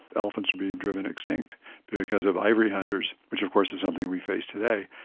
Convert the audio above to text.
elephants were being driven extinct because of ivory hunters, which of course is something we face today.